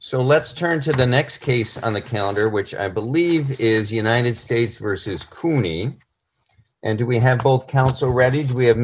so let's turn to the next case on the calendar which i believe is united states versus cooney and do we have